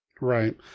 Right